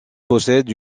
possède